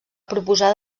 proposar